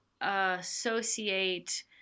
associate